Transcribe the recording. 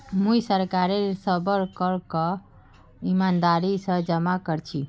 मुई सरकारेर सबल करक ईमानदारी स जमा कर छी